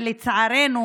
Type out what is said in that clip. ולצערנו,